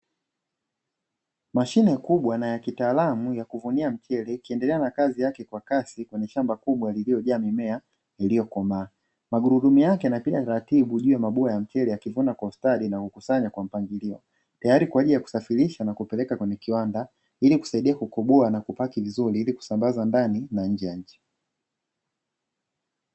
Mashine kubwa na ya kitaalamu ya kuvuna mchele ikiendelea na kazi yake kwa kasi kwenye shamba kubwa lililojaa mimea iliyokomaa. Magurudumu yake yanapita taratibu juu ya mabua ya mchele yakivuna kwa ustadi na kukusanya kwa mpangilio, tayari kwa ajili ya kusafirisha na kupeleka kwenye kiwanda ili kusaidia kukoboa na kuhifadhi vizuri. Ili kusambaza ndani na nje ya nchi.